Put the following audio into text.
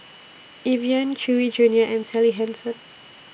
Evian Chewy Junior and Sally Hansen